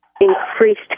increased